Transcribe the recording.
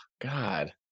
God